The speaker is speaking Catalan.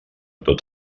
tot